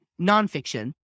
nonfiction